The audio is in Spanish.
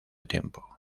tiempo